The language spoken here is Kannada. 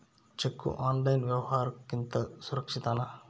ಚೆಕ್ಕು ಆನ್ಲೈನ್ ವ್ಯವಹಾರುಕ್ಕಿಂತ ಸುರಕ್ಷಿತನಾ?